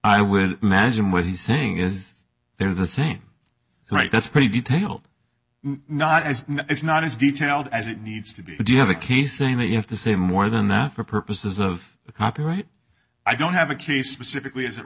i would imagine what he's saying is there's a thing right that's pretty detailed not as it's not as detailed as it needs to be but do you have a case saying that you have to say more than that for purposes of copyright i don't have a case specifically as it